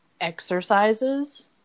exercises